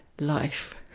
life